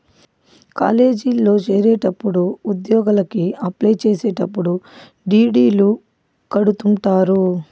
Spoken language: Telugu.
కాలేజీల్లో చేరేటప్పుడు ఉద్యోగలకి అప్లై చేసేటప్పుడు డీ.డీ.లు కడుతుంటారు